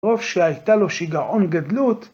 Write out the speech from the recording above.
מרוב שהייתה לו שגעון גדלות,